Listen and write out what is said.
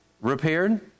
repaired